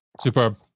Superb